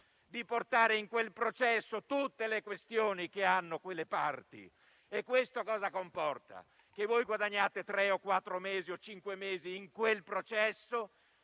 di portare in quel processo tutte le questioni che coinvolgono quelle parti. Ciò comporta che voi guadagnate tre, quattro o cinque mesi in quel processo,